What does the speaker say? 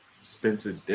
Spencer